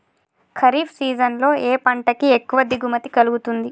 Kharif season లో ఏ పంట కి ఎక్కువ దిగుమతి కలుగుతుంది?